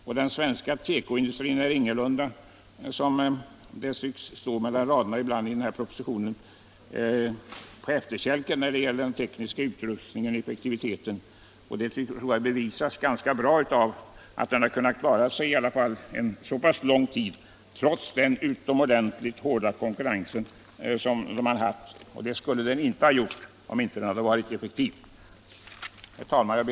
Att den svenska tekoindustrin ingalunda är — vilket man ibland tycker sig kunna utläsa mellan raderna i propositionen — på efterkälken när det gäller teknisk utrustning och effektivitet visas väl ganska bra av att den under så pass lång tid har kunnat klara sig trots den utomordentligt hårda konkurrens som den arbetat i. Den skulle inte ha klarat sig, om den inte hade varit effektiv. Herr talman!